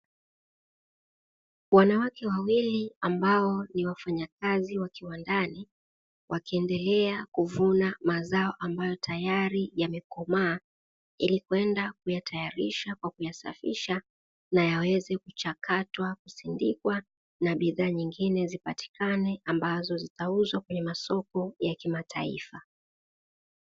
Wanawake wawili ambao ni wafanyakazi wa kiwandani, wakiendelea kuvuna mazao ambayo tayari yamekomaa. Ili kwenda kuyatayarisha kwa kuyasafisha na yaweze kuchakatwa, kusindikwa na bidhaa nyingine zipatikane, ambazo zitauzwa kwenye masoko ya kimataifa.